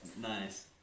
Nice